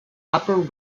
upper